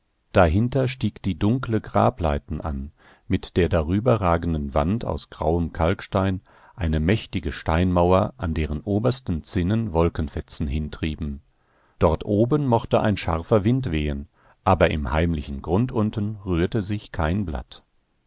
dahinter stieg die dunkle grableiten an mit der darüber ragenden wand aus grauem kalkstein eine mächtige steinmauer an deren obersten zinnen wolkenfetzen hintrieben dort oben mochte ein scharfer wind wehen aber im heimlichen grund unten rührte sich kein blatt